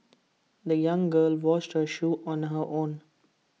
the young girl washed her shoes on her own